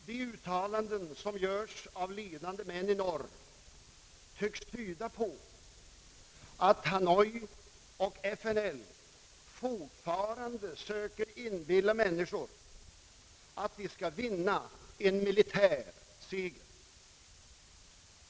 De uttalanden som görs av ledande män i norr tycks tyda på att Hanoi och FNL fortfarande försöker inbilla människor att de skall vinna en militär seger.